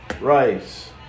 Rice